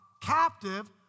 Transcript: captive